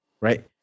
right